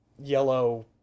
yellow